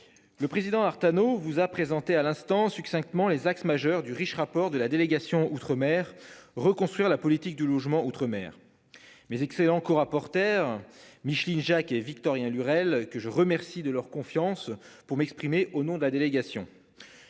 Le président Artano vous a présenté à l'instant succinctement les axes majeurs du riche. Rapport de la délégation outre-mer reconstruire la politique du logement outre-mer. Mais excellent apportèrent Micheline Jacques et Victorien Lurel que je remercie de leur confiance pour m'exprimer au nom de la délégation.--